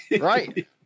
Right